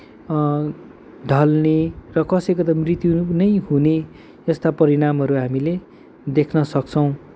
ढल्ने र कसैको त मृत्यु नै हुने यस्ता परिणामहरू हामीले देख्न सक्छौँ